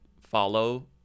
follow